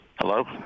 Hello